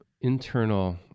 internal